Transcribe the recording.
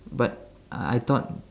but I thought